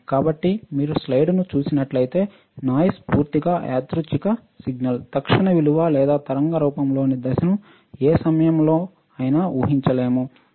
కాబట్టి మీరు స్లైడ్ను చూసినట్లయితే నాయిస్ పూర్తిగా యాదృచ్ఛిక సిగ్నల్ తక్షణ విలువ లేదా తరంగ రూపంలోని దశను ఏ సమయం లో అయినా ఊహించలేము